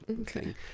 okay